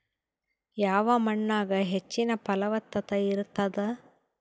ಯಾವ ಮಣ್ಣಾಗ ಹೆಚ್ಚಿನ ಫಲವತ್ತತ ಇರತ್ತಾದ?